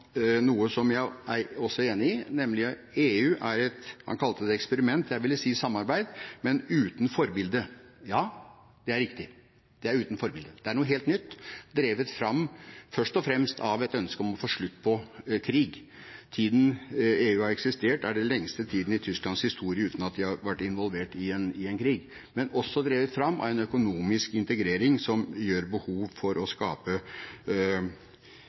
jeg også er enig i, nemlig at EU er, som han kalte det, et eksperiment – jeg vil si samarbeid – men uten forbilde. Ja, det er riktig. Det er uten forbilde. Det er noe helt nytt, drevet fram først og fremst av et ønske om å få slutt på krig. Tiden EU har eksistert, er den lengste tiden i Tysklands historie uten at de har vært involvert i krig. Men det er også drevet fram av en økonomisk integrering som gir behov for å skape